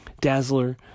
Dazzler